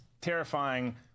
terrifying